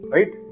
Right